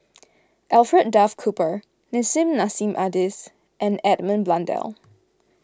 Alfred Duff Cooper Nissim Nassim Adis and Edmund Blundell